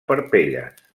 parpelles